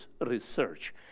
research